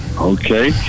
Okay